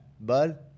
bud